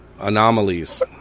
Anomalies